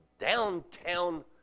downtown